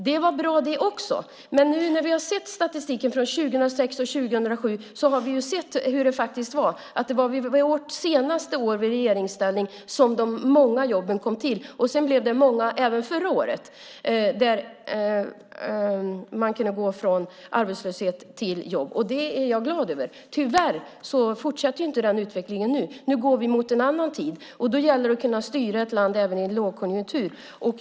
Det var bra, det också, men när vi nu har sett statistiken från 2006 och 2007 har vi sett att det var under vårt senaste år i regeringsställning som de många jobben kom. Det blev många även förra året som kunde gå från arbetslöshet till jobb, och det är jag glad över, men tyvärr fortsätter inte den utvecklingen. Nu går vi mot en annan tid. Då gäller det att kunna styra ett land även i lågkonjunktur.